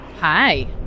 Hi